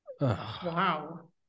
Wow